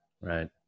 right